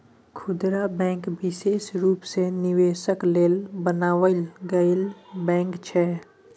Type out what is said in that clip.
खुदरा बैंक विशेष रूप सँ निवेशक लेल बनाओल गेल बैंक छै